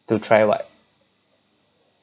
to try what